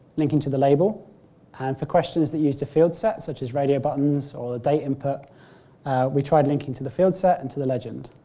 linking to the label and for questions that used a field set, such as radio buttons or date input we tried linking to the field set and to the legend.